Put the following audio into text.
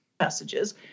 messages